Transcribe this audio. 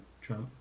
Trump